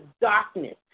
darkness